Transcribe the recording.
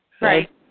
Right